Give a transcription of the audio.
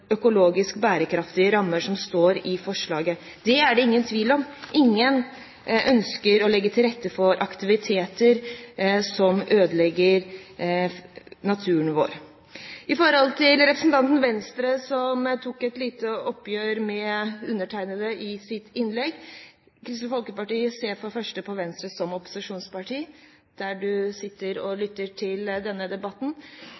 økologisk bærekraftige rammer», som det står i forslaget. Det er det ingen tvil om. Ingen ønsker å legge til rette for aktiviteter som ødelegger naturen vår. Når det gjelder representanten fra Venstre, som tok et lite oppgjør med undertegnede i sitt innlegg: Kristelig Folkeparti ser for det første på Venstre som et opposisjonsparti – jeg ser at representanten lytter til debatten – og